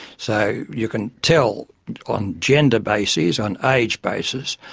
so you can tell on gender basis, on age basis,